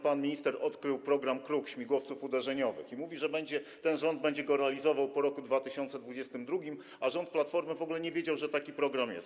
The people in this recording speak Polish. Pan minister odkrył program „Kruk” śmigłowców uderzeniowych i mówi, że ten rząd będzie go realizował po roku 2022, a rząd Platformy w ogóle nie wiedział, że taki program jest.